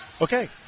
Okay